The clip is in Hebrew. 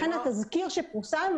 לכן התזכיר שפורסם,